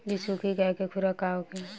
बिसुखी गाय के खुराक का होखे?